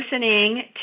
listening